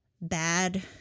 bad